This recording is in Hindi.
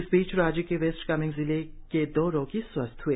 इस बीच राज्य के वेस्ट कामेंग जिले दो रोगी स्वस्थ हुए